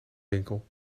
winkel